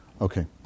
Okay